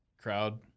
crowd